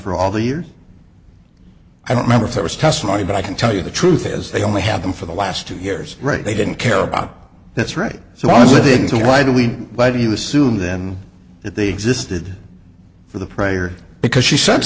for all the years i don't remember there was testimony but i can tell you the truth is they only have them for the last two years right they didn't care about that's right so was living so why do we why do you assume then that they existed for the prayer because she said